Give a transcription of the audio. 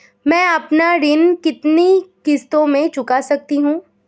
मैं अपना ऋण कितनी किश्तों में चुका सकती हूँ?